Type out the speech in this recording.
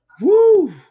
woo